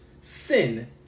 sin